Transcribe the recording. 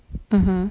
mmhmm